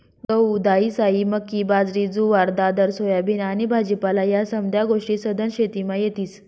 गहू, दायीसायी, मक्की, बाजरी, जुवार, दादर, सोयाबीन आनी भाजीपाला ह्या समद्या गोष्टी सधन शेतीमा येतीस